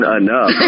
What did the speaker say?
enough